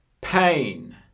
pain